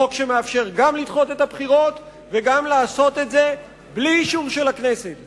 חוק שמאפשר גם לדחות את הבחירות וגם לעשות את זה בלי אישור של הכנסת,